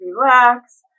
relax